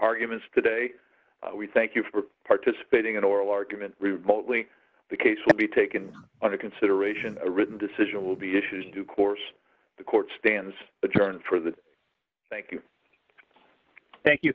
arguments today we thank you for participating in oral argument remotely the case should be taken under consideration a written decision will be issues due course the court stands adjourned for the thank you thank you